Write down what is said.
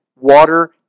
water